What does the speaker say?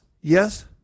Yes